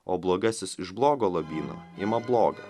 o blogasis iš blogo lobyno ima blogą